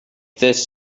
this